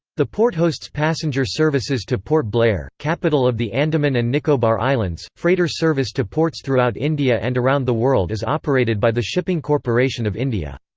the port hosts passenger services to port blair, capital of the andaman and nicobar islands freighter service to ports throughout india and around the world is operated by the shipping corporation of india.